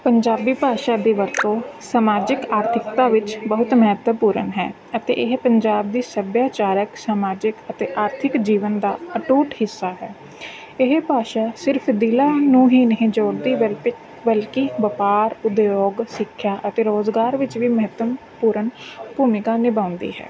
ਪੰਜਾਬੀ ਭਾਸ਼ਾ ਦੀ ਵਰਤੋਂ ਸਮਾਜਿਕ ਆਰਥਿਕਤਾ ਵਿੱਚ ਬਹੁਤ ਮਹੱਤਵਪੂਰਨ ਹੈ ਅਤੇ ਇਹ ਪੰਜਾਬ ਦੇ ਸੱਭਿਆਚਾਰਕ ਸਮਾਜਿਕ ਅਤੇ ਆਰਥਿਕ ਜੀਵਨ ਦਾ ਅਟੁੱਟ ਹਿੱਸਾ ਹੈ ਇਹ ਭਾਸ਼ਾ ਸਿਰਫ਼ ਦਿਲਾਂ ਨੂੰ ਹੀ ਨਹੀਂ ਜੋੜਦੀ ਵੈਲਪਿਕ ਬਲਕਿ ਵਪਾਰ ਉਦਯੋਗ ਸਿੱਖਿਆ ਅਤੇ ਰੋਜ਼ਗਾਰ ਵਿੱਚ ਵੀ ਮਹੱਤਵਪੂਰਨ ਭੂਮਿਕਾ ਨਿਭਾਉਂਦੀ ਹੈ